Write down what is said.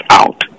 out